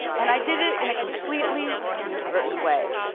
and i did it in a completely inadvertent way.